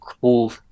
cool